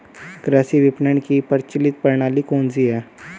कृषि विपणन की प्रचलित प्रणाली कौन सी है?